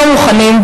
לא מוכנים,